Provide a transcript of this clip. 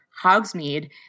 Hogsmeade